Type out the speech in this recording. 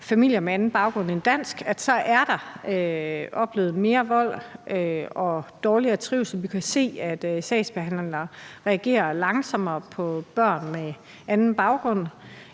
familier med anden baggrund end dansk, og hvor der er oplevet mere vold og dårligere trivsel. Vi kan se, at sagsbehandlerne reagerer langsommere på børn med anden baggrund